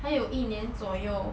还有一年左右